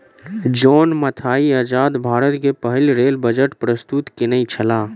John Mathai आजाद भारत के पहिल रेल बजट प्रस्तुत केनई छला